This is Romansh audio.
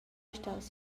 staus